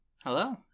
Hello